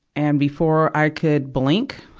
and before i could blink,